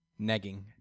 Negging